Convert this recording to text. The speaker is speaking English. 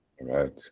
right